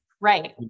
right